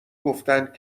گفتند